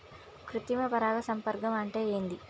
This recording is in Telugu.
కృత్రిమ పరాగ సంపర్కం అంటే ఏంది?